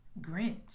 Grinch